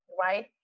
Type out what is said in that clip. Right